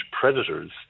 predators